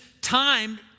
time